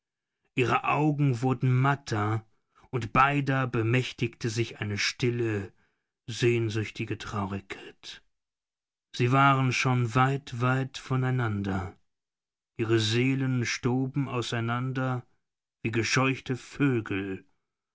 ihre augen wurden matter und beider bemächtigte sich eine stille sehnsüchtige traurigkeit sie waren schon weit weit voneinander ihre seelen stoben auseinander wie gescheuchte vögel